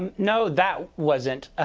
no, that wasn't. ah